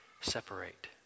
separate